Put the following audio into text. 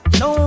no